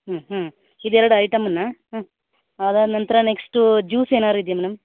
ಹ್ಞೂ ಹ್ಞೂ ಇದು ಎರಡು ಐಟಮ್ಮನ್ನು ಹ್ಞೂ ಅದಾದ ನಂತರ ನೆಕ್ಸ್ಟು ಜ್ಯೂಸ್ ಏನಾದ್ರು ಇದೆಯಾ ಮೇಡಮ್